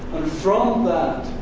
from that,